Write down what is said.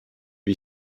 wie